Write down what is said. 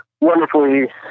wonderfully